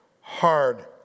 hard